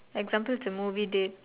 example it's a movie date